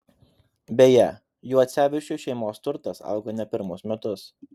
beje juocevičių šeimos turtas auga ne pirmus metus